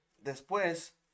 después